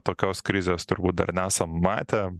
tokios krizės turbūt dar nesam matę